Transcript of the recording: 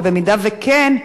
ובמידה שכן,